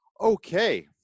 Okay